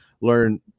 learn